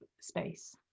space